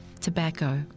tobacco